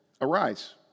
arise